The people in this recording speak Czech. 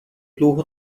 dlouho